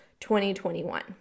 2021